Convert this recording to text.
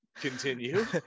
Continue